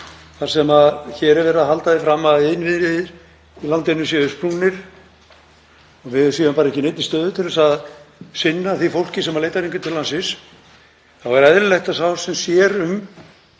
Þar sem hér er verið að halda því fram að innviðir í landinu séu sprungnir og við séum ekki í neinni stöðu til þess að sinna því fólki sem leitar hingað til landsins, þá er eðlilegt að sá sem sér um